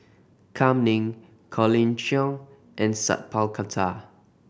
Kam Ning Colin Cheong and Sat Pal Khattar